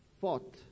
fought